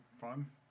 fun